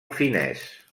finès